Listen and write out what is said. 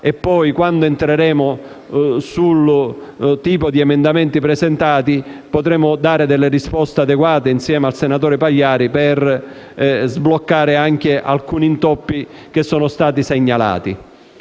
Poi, quando esamineremo gli emendamenti presentati potremo dare risposte adeguate, insieme al senatore Pagliari, per sbloccare alcuni intoppi che sono stati segnalati.